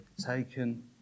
taken